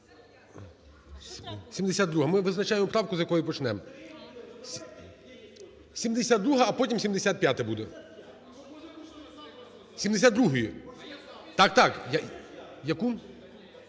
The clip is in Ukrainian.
72-а. Ми визначаємо правку, з якої почнемо. 72-а, а потім 75-а буде. З 72-ї, так. Яку?